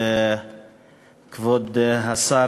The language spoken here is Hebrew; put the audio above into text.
כבוד השר,